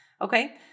Okay